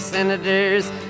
Senators